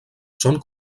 són